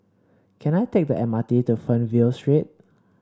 can I take the M R T to Fernvale Street